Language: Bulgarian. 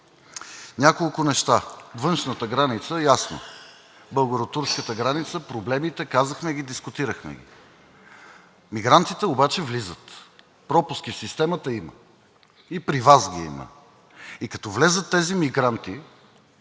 няколко неща. Външната граница – ясно, българо-турската граница, проблемите ги казахме, дискутирахме ги. Мигрантите обаче влизат. Пропуски в системата има, и при Вас ги има. И като влязат тези мигранти,